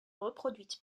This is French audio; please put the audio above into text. reproduite